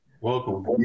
Welcome